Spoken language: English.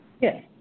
Yes